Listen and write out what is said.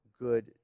good